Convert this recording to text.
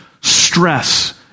stress